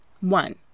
One